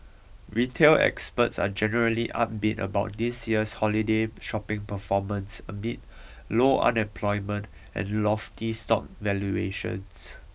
retail experts are generally upbeat about this year's holiday shopping performance amid low unemployment and lofty stock valuations